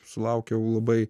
sulaukiau labai